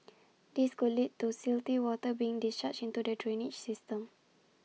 this could lead to silty water being discharged into the drainage system